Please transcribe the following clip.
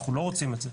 אנחנו לא רוצים את זה.